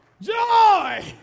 joy